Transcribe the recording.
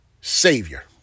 Savior